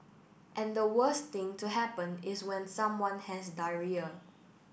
and the worst thing to happen is when someone has diarrhoea